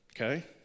Okay